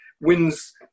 wins